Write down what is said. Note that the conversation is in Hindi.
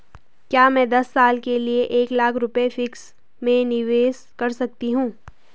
क्या मैं दस साल के लिए एक लाख रुपये फिक्स में निवेश कर सकती हूँ?